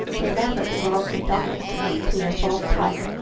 they never belong predominately to the fourth type.